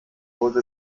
wurde